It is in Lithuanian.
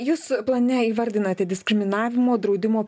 jūs plane įvardinate diskriminavimo draudimo